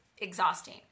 exhausting